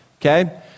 Okay